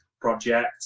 project